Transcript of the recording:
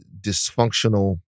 dysfunctional